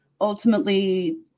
ultimately